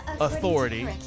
authority